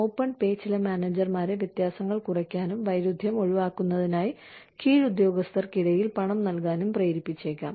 open pay ചില മാനേജർമാരെ വ്യത്യാസങ്ങൾ കുറയ്ക്കാനും വൈരുദ്ധ്യം ഒഴിവാക്കുന്നതിനായി കീഴുദ്യോഗസ്ഥർക്കിടയിൽ പണം നൽകാനും പ്രേരിപ്പിച്ചേക്കാം